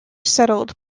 settled